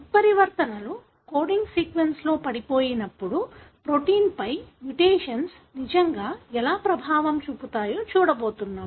ఉత్పరివర్తనలు కోడింగ్ సీక్వెన్స్లో పడిపోయినప్పుడు ప్రొటీన్పై మ్యూటేషన్స్ నిజంగా ఎలా ప్రభావం చూపుతాయో చూడబోతున్నాం